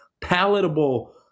palatable